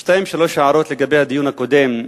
שתיים, שלוש הערות לגבי הדיון הקודם.